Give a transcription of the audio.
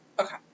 Okay